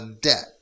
Debt